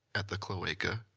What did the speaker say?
at the cloaca.